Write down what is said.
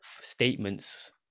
statements